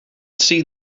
see